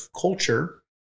culture